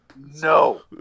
No